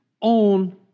on